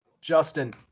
Justin